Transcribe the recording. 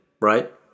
right